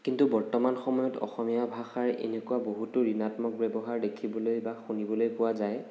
কিন্তু বৰ্তমান সময়ত অসমীয়া ভাষাৰ এনেকুৱা বহুতো ঋণাত্মক ব্য়ৱহাৰ দেখিবলৈ বা শুনিবলৈ পোৱা যায়